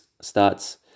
starts